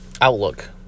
outlook